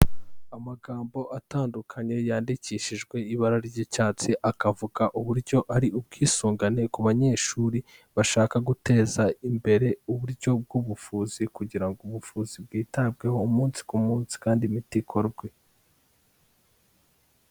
Amagambo atandukanye yandikishijwe ibara ry'icyatsi, akavuga uburyo ari ubwisungane ku banyeshuri bashaka guteza imbere uburyo bw'ubuvuzi kugira ngo ubuvuzi bwitabweho umunsi ku munsi kandi imiti ikorwe.